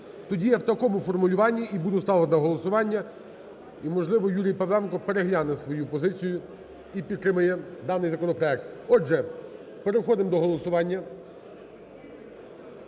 Тоді я в такому формулюванні і буду ставити на голосування, і, можливо, Юрій Павленко перегляне свою позицію і підтримає даний законопроект. Отже, переходимо до голосування.